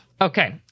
Okay